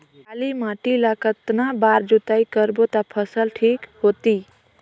काली माटी ला कतना बार जुताई करबो ता फसल ठीक होती?